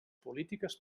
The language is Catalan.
polítiques